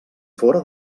fóra